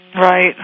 Right